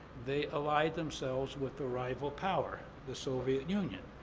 they allied themselves with the rival power, the soviet union.